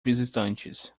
visitantes